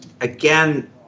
Again